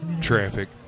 traffic